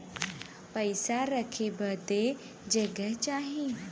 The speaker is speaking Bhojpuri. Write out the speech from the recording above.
पइसा रखे बदे जगह चाही